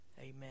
Amen